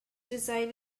design